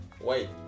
Wait